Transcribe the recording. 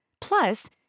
Plus